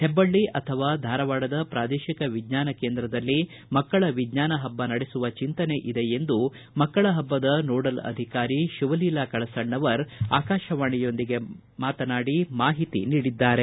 ಹಬ್ಬಳ್ಳ ಅಥವಾ ಧಾರವಾಡದ ಪ್ರಾದೇಶಿಕ ವಿಜ್ಞಾನ ಕೇಂದ್ರದಲ್ಲಿ ಮಕ್ಕಳ ವಿಜ್ಞಾನ ಹಬ್ಬ ನಡೆಸುವ ಚಿಂತನೆ ಇದೆ ಎಂದು ಮಕ್ಕಳ ಹಬ್ಬದ ನೋಡಲ್ ಅಧಿಕಾರಿ ಶಿವಲೀಲಾ ಕಳಸಣ್ಣವರ ಆಕಾಶವಾಣಿಯೊಂದಿಗೆ ಮಾತನಾಡಿ ಮಾಹಿತಿ ನೀಡಿದ್ದಾರೆ